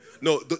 No